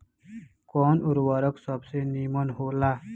कवन उर्वरक सबसे नीमन होला?